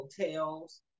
hotels